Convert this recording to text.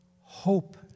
hope